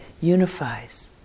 unifies